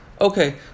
Okay